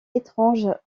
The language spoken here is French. étrange